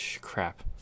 crap